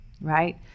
right